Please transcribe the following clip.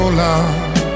love